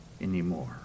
anymore